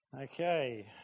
Okay